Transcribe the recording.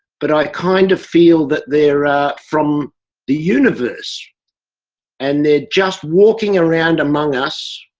but i kind of feel that they're. from the universe and they're just walking around among us.